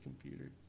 computer